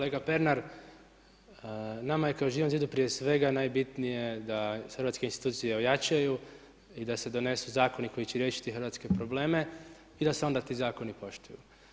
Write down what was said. Kolega Pernar, nama je kao Živom zidu prije svega najbitnije da hrvatske institucije ojačaju i da se donesu zakoni koji će riješiti hrvatske probleme i da se onda ti zakoni poštuju.